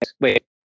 wait